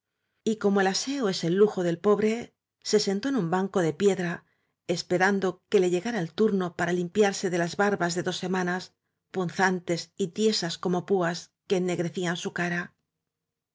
y como el aseo es el lujo del pobre se sentó en un banco de piedra esperando que le llegara el turno para limpiarse de las barbas de dos semanas punzantes y tiesas como púas que ennegrecían su cara